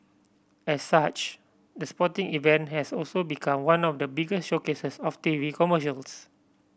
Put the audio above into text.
as such the sporting event has also become one of the biggest showcases of T V commercials